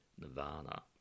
nirvana